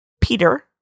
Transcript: Peter